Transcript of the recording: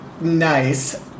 nice